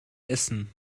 essen